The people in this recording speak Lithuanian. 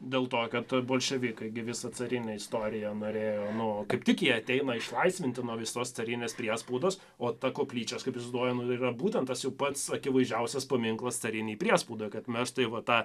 dėl to kad bolševikai gi visą carinę istoriją norėjo nu kaip tik jie ateina išlaisvinti nuo visos carinės priespaudos o ta koplyčia aš kaip įsivaizduoju nu yra būtent tas jau pats akivaizdžiausias paminklas carinei priespaudai kad mes tai va tą